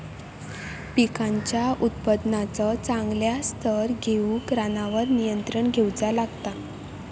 पिकांच्या उत्पादनाचो चांगल्या स्तर ठेऊक रानावर नियंत्रण ठेऊचा लागता